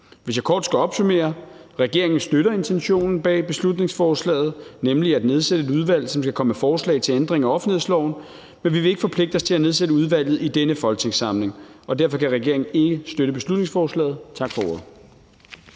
Hvis jeg kort skal opsummere: Regeringen støtter intentionen bag beslutningsforslaget, nemlig at nedsætte et udvalg, som skal komme med forslag til ændringer af offentlighedsloven, men vi vil ikke forpligte os til at nedsætte udvalget i denne folketingssamling. Derfor kan regeringen ikke støtte beslutningsforslaget. Tak for ordet.